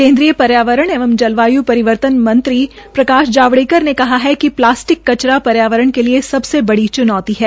केन्द्रीय पर्यावरण एवं जलवायु परिवर्तन मंत्री प्रकाश जावड़ेकर ने कहा कि प्लास्टिक कचरा पर्यावरण के लिए सबसे बड़ी चुनौती है